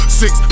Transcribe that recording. six